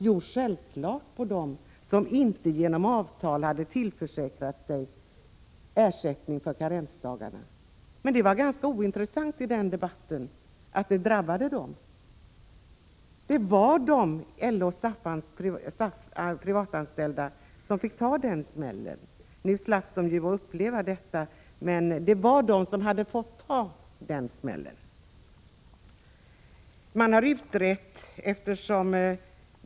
Jo, självfallet mot dem som inte genom avtal hade tillförsäkrat sig ersättning för karensdagarna. Men det var ganska ointressant i den debatten att det drabbade dem. Nu slapp de ta smällen, men det var de privatanställda inom LO som skulle ha råkat ut för den.